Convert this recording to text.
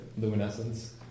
Luminescence